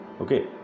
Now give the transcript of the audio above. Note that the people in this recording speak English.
Okay